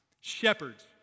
Shepherds